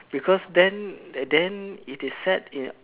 because then then it is set in